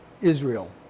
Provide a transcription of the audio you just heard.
Israel